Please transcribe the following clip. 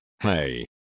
hey